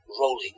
rolling